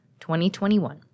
2021